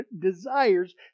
desires